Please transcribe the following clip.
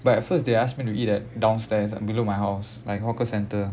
but at first they ask me to eat at downstairs below my house like hawker centre